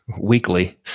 weekly